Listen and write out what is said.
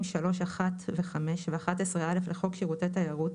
3(1) ו-(5) ו-11(א) לחוק שירותי תיירות,